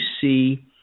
see